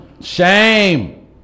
Shame